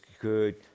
good